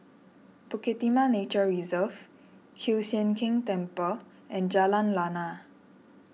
Bukit Timah Nature Reserve Kiew Sian King Temple and Jalan Lana